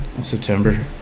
September